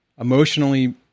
Emotionally